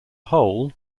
whole